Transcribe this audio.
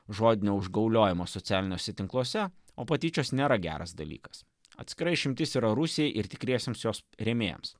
žodinio užgauliojimo socialiniuose tinkluose o patyčios nėra geras dalykas atskira išimtis yra rusijai ir tikriesiems jos rėmėjams